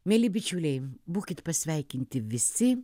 mieli bičiuliai būkit pasveikinti visi